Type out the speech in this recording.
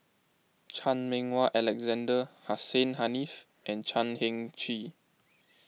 Chan Meng Wah Alexander Hussein Haniff and Chan Heng Chee